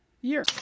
year